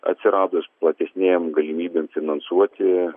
atsiradus platesnėm galimybėm finansuoti